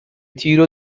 تیرو